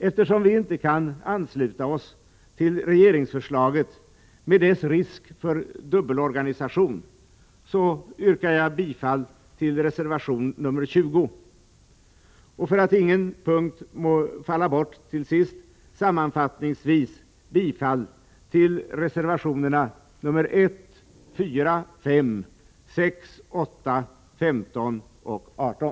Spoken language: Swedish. Eftersom vi inte kan ansluta oss till regeringsförslaget, med dess risk för dubbelorganisation, yrkar jag bifall till reservation nr 20. Och för att ingen punkt må falla bort yrkar jag sammanfattningsvis bifall till reservationerna nr 1, 4, 5, 6, 8, 15 och 18.